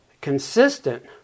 consistent